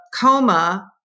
coma